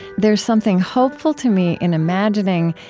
there's something hopeful to me in imagining,